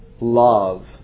love